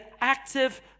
active